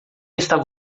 estava